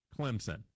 Clemson